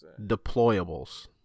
deployables